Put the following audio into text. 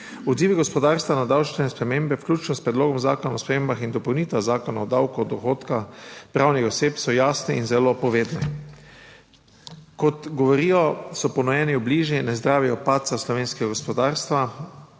Odzivi gospodarstva na davčne spremembe, vključno s Predlogom zakona o spremembah in dopolnitvah zakona o davku od dohodka pravnih oseb, so jasni in zelo povedni. Kot govorijo, so ponujeni obliži, ne zdravijo padca slovenskega gospodarstva,